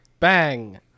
bang